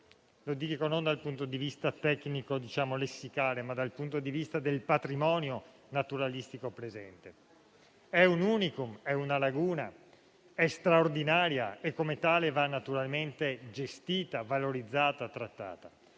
lo dico dal punto di vista non tecnico-lessicale, ma dal patrimonio naturalistico presente. È un *unicum*, è una laguna, è straordinaria e come tale va naturalmente gestita, valorizzata e trattata.